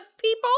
people